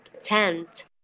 tent